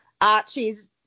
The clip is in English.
Archie's